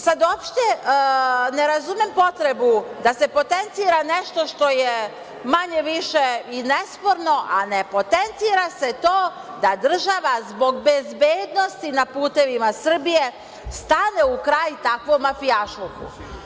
Sada uopšte ne razumem potrebu da se potencira nešto što je manje-više i nesporno a ne potencira se to da država zbog bezbednosti na putevima Srbije stane u kraj takvom mafijašluku.